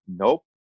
nope